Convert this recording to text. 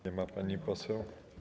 Nie ma pani poseł.